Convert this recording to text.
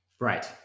Right